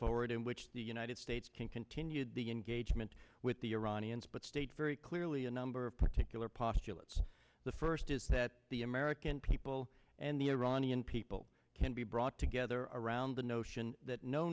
forward in which the united states can continue the engagement with the iranians but state very clearly a number of particular postulates the first is that the american people and the iranian people can be brought together around the notion that no